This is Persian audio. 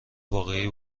واقعی